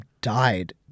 died